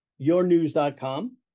yournews.com